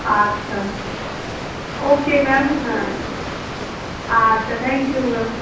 আচ্ছা okay ma'am হ্যাঁ আচ্ছা থ্যাংক ইউ ম্যাম